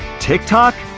tiktok?